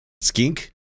skink